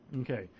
Okay